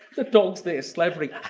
the dog's there slavering!